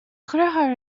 dheartháir